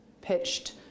pitched